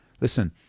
Listen